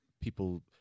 people